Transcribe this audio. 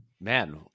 Man